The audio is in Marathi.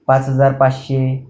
पाच हजार पाचशे